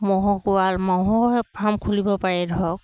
ম'হৰ কোৱা ম'হৰো ফাৰ্ম খুলিব পাৰে ধৰক